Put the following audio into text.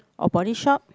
or Body Shop